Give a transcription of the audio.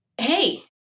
hey